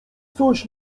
coś